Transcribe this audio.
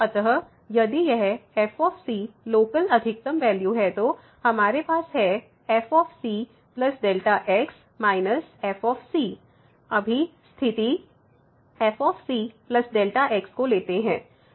अतः यदि यह f लोकल अधिकतम वैल्यू है तो हमारे पास है f cΔ x −f अभी स्थिति fc Δ x को लेते है